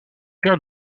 père